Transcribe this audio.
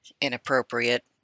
inappropriate